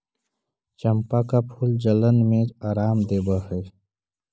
चंपा का फूल जलन में आराम देवअ हई